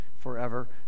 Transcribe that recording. forever